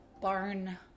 barn